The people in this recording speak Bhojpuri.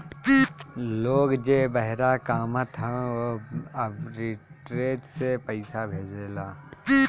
लोग जे बहरा कामत हअ उ आर्बिट्रेज से पईसा भेजेला